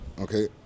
okay